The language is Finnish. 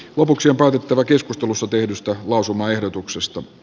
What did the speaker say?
lopuksi on päätettävä keskustelussa tehdystä lausumaehdotuksesta